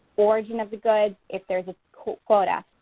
origin of the goods, if there's a quota.